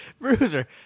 Bruiser